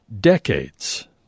decades